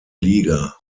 liga